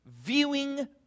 Viewing